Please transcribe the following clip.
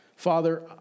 Father